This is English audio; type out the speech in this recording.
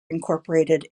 incorporated